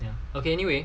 ya okay anyway